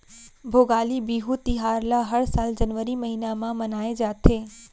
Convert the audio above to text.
भोगाली बिहू तिहार ल हर साल जनवरी महिना म मनाए जाथे